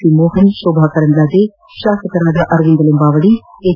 C Mohan Shobha Karandlaje ಶಾಸಕರಾದ Aravind Limbavali H